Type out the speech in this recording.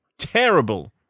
terrible